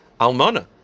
Almana